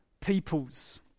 peoples